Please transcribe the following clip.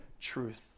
truth